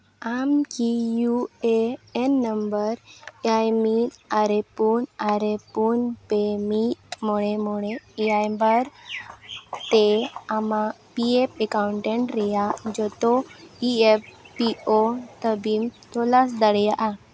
ᱟᱢ ᱠᱤ U A N number ᱮᱭᱟᱭ ᱢᱤᱫ ᱟᱨᱮ ᱯᱩᱱ ᱟᱨᱮ ᱯᱩᱱ ᱯᱮ ᱢᱤᱫ ᱢᱚᱬᱮ ᱢᱚᱬᱮ ᱮᱭᱟᱭ ᱵᱟᱨ ᱛᱮ ᱟᱢᱟᱜ ᱯᱤ ᱮᱯᱷ ᱮᱠᱟᱣᱩᱱᱴᱮᱱᱴ ᱨᱮᱭᱟᱜ ᱡᱚᱛᱚ ᱤ ᱮᱯᱷ ᱯᱤ ᱳ ᱫᱟᱹᱵᱤᱢ ᱛᱚᱞᱟᱥ ᱫᱟᱲᱮᱭᱟᱜᱼᱟ